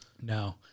No